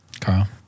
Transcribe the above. Carl